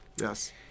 Yes